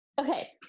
Okay